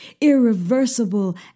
irreversible